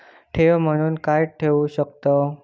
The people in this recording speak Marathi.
ठेव म्हणून काय ठेवू शकताव?